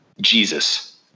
Jesus